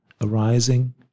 arising